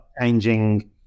changing